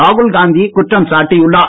ராகுல் காந்தி குற்றம் சாட்டியுள்ளார்